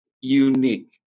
unique